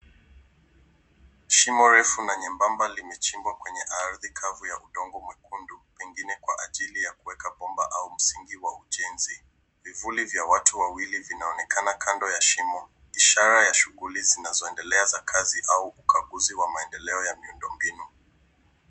Shimo refu na nyembamba limechimbwa kwenye ardhi kavu ya udongo mwekundu, pengine kwa ajili ya kuweka bomba au msingi wa ujenzi. Vivuli vya watu wawili vinaonekana kando ya shimo, ishara ya shughuli zinazoendelea za kazi au ukaguzi wa maendeleo ya miundombinu.